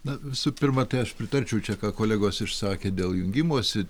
na visų pirma tai aš pritarčiau čia ką kolegos išsakė dėl jungimosi